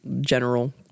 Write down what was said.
general